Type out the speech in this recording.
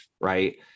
Right